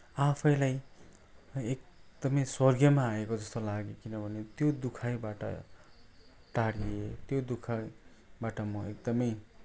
आफैलाई है एकदमै स्वर्गमा आएको जस्तो लाग्यो किनभने त्यो दुखाइबाट टाढिए त्यो दुखाइबाट म एकदमै